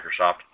Microsoft